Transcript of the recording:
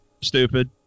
stupid